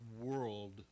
world